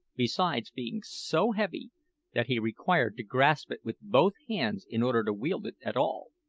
besides being so heavy that he required to grasp it with both hands in order to wield it at all.